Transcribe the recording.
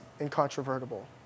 incontrovertible